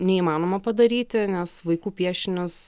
neįmanoma padaryti nes vaikų piešinius